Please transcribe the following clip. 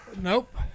Nope